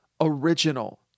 original